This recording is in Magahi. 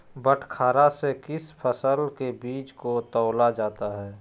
बटखरा से किस फसल के बीज को तौला जाता है?